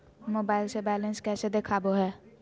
Mobile से balance कैसे देखाबो है?